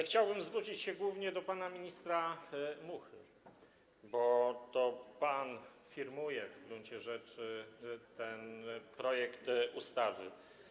Chciałbym zwrócić się głównie do pana ministra Muchy, bo to pan firmuje w gruncie rzeczy ten projekt ustawy.